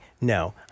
No